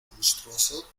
monstruoso